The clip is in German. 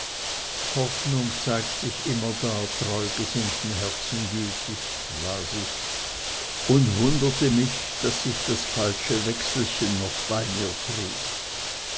hoffnung zeigt sich immerdar treugesinnten herzen gütig las ich und wunderte mich daß ich das falsche wechselchen noch bei mir trug